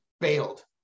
bailed